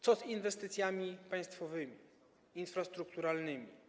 Co z inwestycjami państwowymi, infrastrukturalnymi?